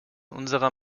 unserer